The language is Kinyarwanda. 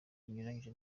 binyuranije